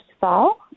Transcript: fall